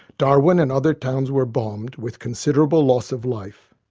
darwin and other towns were bombed, with considerable loss of life.